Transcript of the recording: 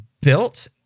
built